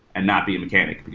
and not be a mechanic.